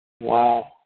Wow